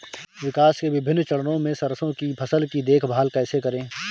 विकास के विभिन्न चरणों में सरसों की फसल की देखभाल कैसे करें?